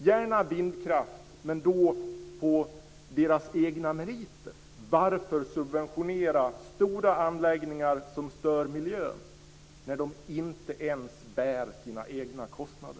Gärna vindkraft, men det ska vara på vindkraftens egna meriter. Varför subventionera stora anläggningar som stör miljön, när de inte ens bär sina egna kostnader?